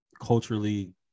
culturally